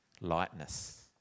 lightness